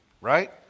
right